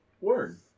Word